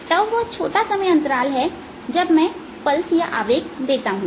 𝜏 वह छोटा समय अंतराल है जब मैं आवेग देता हूं